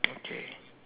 okay